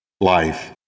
life